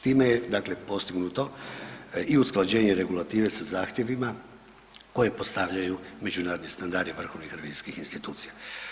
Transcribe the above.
Time je postignuto i usklađenje regulative sa zahtjevima koje postavljaju međunarodni standardi vrhovnih revizijskih institucija.